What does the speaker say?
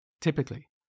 typically